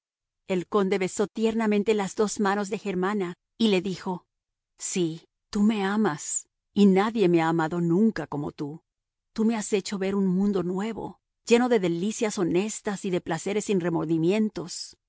el conde besó tiernamente las dos manos de germana y le dijo sí tú me amas y nadie me ha amado nunca como tú tú me has hecho ver un mundo nuevo lleno de delicias honestas y de placeres sin remordimientos